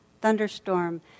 thunderstorm